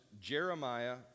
Jeremiah